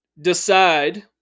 decide